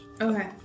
Okay